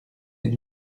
les